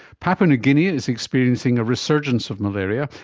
papua new guinea is experiencing a resurgence of malaria,